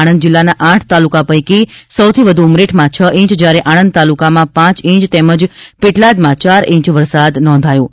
આણંદ જીલ્લાના આઠ તાલુકા પૈકી સૌથી વધુ ઉમરેઠમાં છ ઈંચ જયારે આણંદ તાલુકામાં પાંચ ઈંચ તેમજ પેટલાદમાં ચાર ઈંચ વરસાદ પડયો હતો